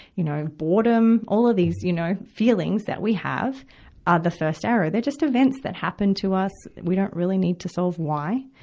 you know, boredom. all of these, you know, feelings that we have are the first arrow. they're just events that happen to us. we don't really need to solve why.